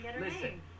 listen